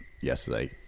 yesterday